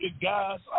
guys